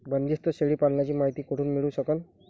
बंदीस्त शेळी पालनाची मायती कुठून मिळू सकन?